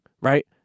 right